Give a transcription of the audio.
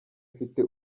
ifite